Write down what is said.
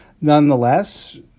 Nonetheless